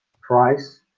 price